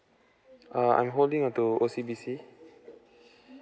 uh I'm holding onto O_C_B_C